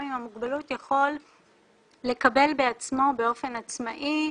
עם המוגבלות יכול לקבל בעצמו באופן עצמאי,